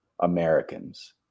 Americans